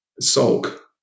sulk